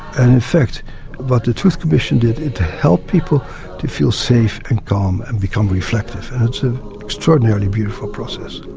and in fact what the truth commission did, it helped people to feel safe and calm and become reflective, and it's an extraordinarily beautiful process.